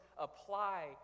apply